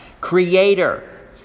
Creator